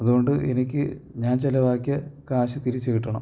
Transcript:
അതുകൊണ്ട് എനിക്ക് ഞാൻ ചിലവാക്കിയ കാശ് തിരിച്ചുകിട്ടണം